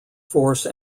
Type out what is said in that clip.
force